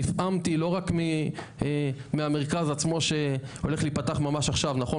נפעמתי לא רק מהמרכז עצמו שהולך להיפתח ממש עכשיו נכון?